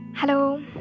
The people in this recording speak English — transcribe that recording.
Hello